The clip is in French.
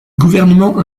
gouvernement